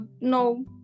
No